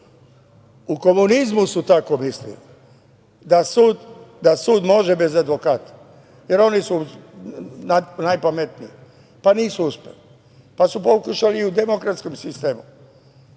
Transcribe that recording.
komunizmu su tako mislili da sud može bez advokata, jer oni su najpametniji, pa nisu uspeli. Pa su pokušali i u demokratskom sistemu,